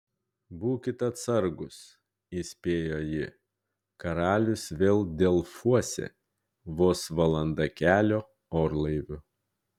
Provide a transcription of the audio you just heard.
būkit atsargūs įspėjo ji karalius vėl delfuose vos valanda kelio orlaiviu